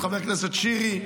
חבר הכנסת שירי,